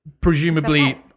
presumably